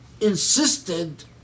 insisted